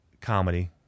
Comedy